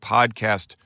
Podcast